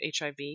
HIV